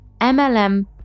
MLM